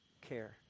care